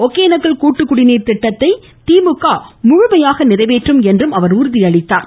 ஒகேனக்கல் கூட்டு குடிநீர் திட்டத்தை முழுமையாக நிறைவேற்றும் என்றும் உறுதியளித்தார்